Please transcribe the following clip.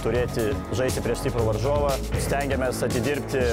turėti žaisti prieš stiprų varžovą stengiamės atidirbti